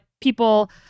people